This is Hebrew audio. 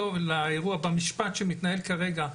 לאירוע במשפט שמתנהל כרגע,